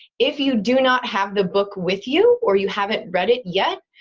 if you do not have the book with you or you haven't read it yet,